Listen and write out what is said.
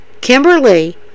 Kimberly